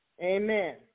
Amen